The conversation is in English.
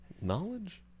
Knowledge